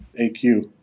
AQ